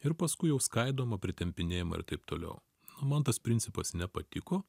ir paskui jau skaidoma pritempinėjama ir taip toliau man tas principas nepatiko